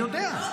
אני יודע.